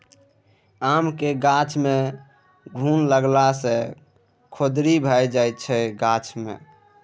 आमक गाछ मे घुन लागला सँ खोदरि भए जाइ छै गाछ मे